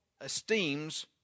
esteems